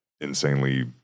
insanely